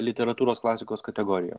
literatūros klasikos kategoriją